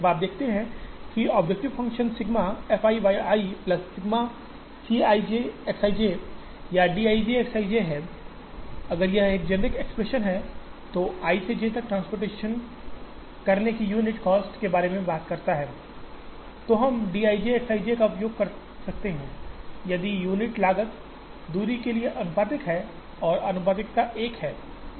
अब आप देखते हैं कि objective function sigma fiyi sigma C ij X ij या dij X ij है अगर यह एक जेनेरिक एक्सप्रेशन है जो i से j तक ट्रांसपोर्ट करने की यूनिट कॉस्ट के बारे में बात करता है तो हम d i j X i j का उपयोग कर सकते हैं यदि यूनिट लागत दूरी के लिए आनुपातिक है और आनुपातिकता 1 है